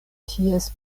ties